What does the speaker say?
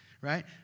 right